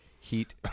Heat